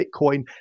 Bitcoin